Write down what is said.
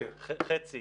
חצי